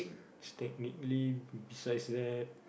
stack neatly besides that